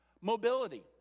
Mobility